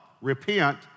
repent